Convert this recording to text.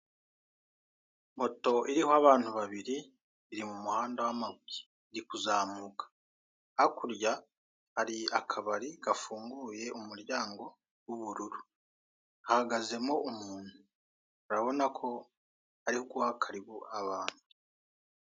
Moto iriho abantu babiri iri mu muhanda w'amabuye iri kuzamuka hakurya hari akabari gafunguye umuryango w'ubururu hahagazemo umuntu urabona ko ari guha karibu abantu.